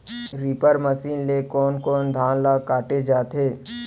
Reaper machine ले कोन कोन धान ल काटे जाथे?